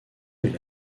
est